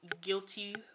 guilty